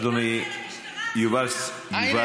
כי אני דיברתי על המשטרה, אז הוא הלך.